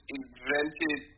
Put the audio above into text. invented